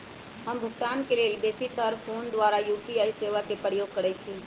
हम भुगतान के लेल बेशी तर् फोन द्वारा यू.पी.आई सेवा के प्रयोग करैछि